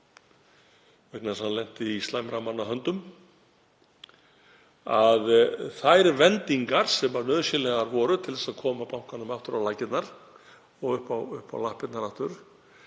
þess að hann lenti í slæmra manna höndum, þær vendingar sem nauðsynlegar voru til að koma bankanum aftur á laggirnar og upp á lappirnar aftur